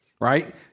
right